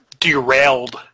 derailed